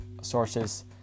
sources